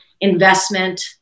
investment